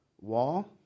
wall